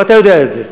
ואתה יודע את זה.